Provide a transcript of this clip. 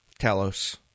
Talos